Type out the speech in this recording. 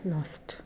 Lost।